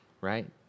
right